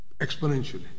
exponentially